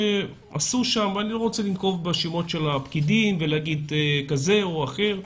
ואני לא רוצה לנקוב בשמות של הפקידים ולהגיד כזה או אחר,